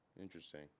Interesting